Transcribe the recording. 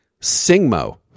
Singmo